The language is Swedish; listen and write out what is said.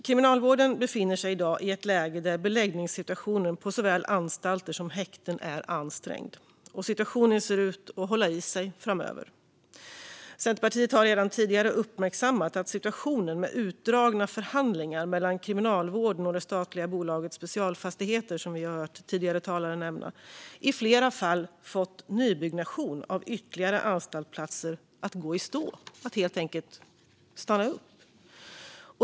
Kriminalvården befinner sig i dag i ett läge där beläggningssituationen på såväl anstalter som häkten är ansträngd, och situationen ser ut att hålla i sig framöver. Centerpartiet har redan tidigare uppmärksammat att situationen med utdragna förhandlingar mellan Kriminalvården och det statliga bolaget Specialfastigheter, som vi har hört tidigare talare nämna, i flera fall fått nybyggnationen av ytterligare anstaltsplatser att gå i stå. Den har helt enkelt stannat upp.